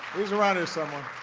he's around here somewhere.